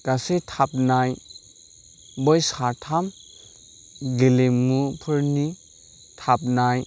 गासै थाबनाय बै साथाम गेलेमुफोरनि थाबनाय